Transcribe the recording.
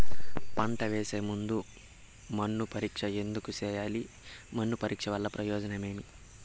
పంట వేసే ముందు మన్ను పరీక్ష ఎందుకు చేయాలి? మన్ను పరీక్ష వల్ల ప్రయోజనం ఏమి?